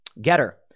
Getter